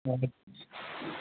ए